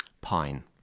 Pine